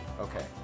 Okay